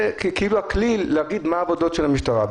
זה כאילו הכלי להגיד מה העבודה של המשטרה.